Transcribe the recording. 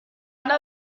anar